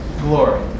glory